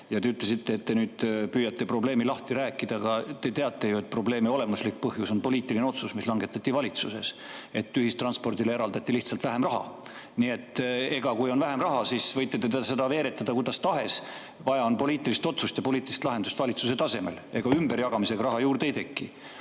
Te ütlesite, et te nüüd püüate probleemi lahti rääkida. Aga te teate ju, et probleemi olemuslik põhjus on poliitiline otsus, mis langetati valitsuses: ühistranspordile eraldati lihtsalt vähem raha. Kui on vähem raha, siis võite seda veeretada kuidas tahes, aga vaja on poliitilist otsust ja poliitilist lahendust valitsuse tasemel. Ega ümberjagamisega raha juurde ei teki. Aga